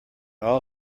all